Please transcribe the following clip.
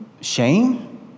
shame